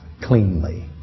cleanly